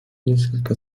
несколько